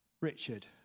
Richard